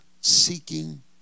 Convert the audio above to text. seeking